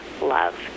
love